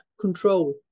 control